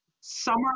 summer